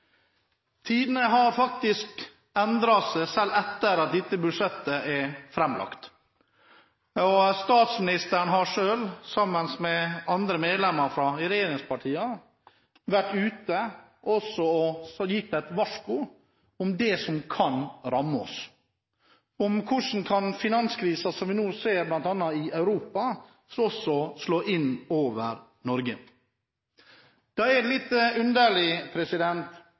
Tidene har faktisk endret seg, selv etter at dette budsjettet ble fremlagt. Statsministeren har selv – sammen med andre medlemmer av regjeringspartiene – vært ute og gitt et varsku om det som kan ramme oss, om hvordan finanskrisen som vi nå ser bl.a. i Europa, også kan slå inn over Norge. Da er det litt underlig: